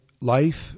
life